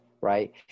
right